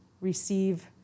receive